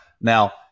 Now